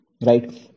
Right